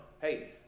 hey